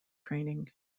training